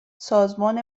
سازمان